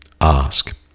ask